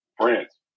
France